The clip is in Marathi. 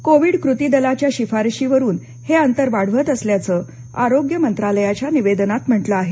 कोविड कृती दलाच्या शिफारशीवरून हे अंतर वाढवत असल्याचं आरोग्य मंत्रालयाच्या निवेदनात म्हटलं आहे